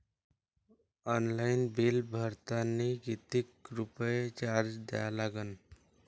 Online bill भरतानी कितीक रुपये चार्ज द्या लागन?